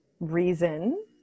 reason